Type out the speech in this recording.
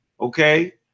okay